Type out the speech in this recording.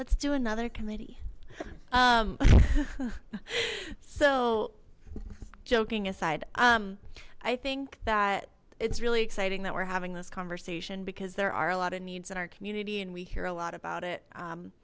let's do another committee so joking aside um i think that it's really exciting that we're having this conversation because there are a lot of needs in our community and we hear a lot about it